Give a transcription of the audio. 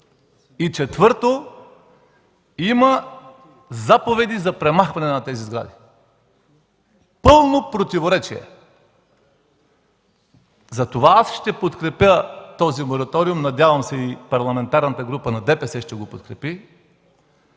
Четвърто, има заповеди за премахване на тези сгради. Пълно противоречие! Затова ще подкрепя този мораториум, надявам се и Парламентарната група на ДПС да го подкрепи,